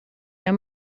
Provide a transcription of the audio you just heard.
der